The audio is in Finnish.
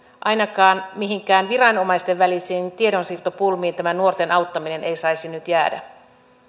ainakaan mihinkään viranomaisten välisiin tiedonsiirtopulmiin tämä nuorten auttaminen ei saisi nyt jäädä